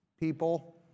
people